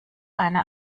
eine